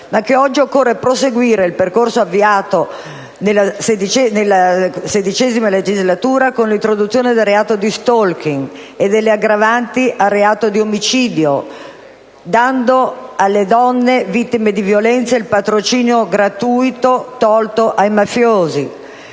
ma che oggi occorre proseguire il percorso avviato nella XVI legislatura con l'introduzione del reato di *stalking* e delle aggravanti al reato di omicidio (alle donne è stato dato il patrocinio gratuito, tolto invece ai